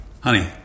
Honey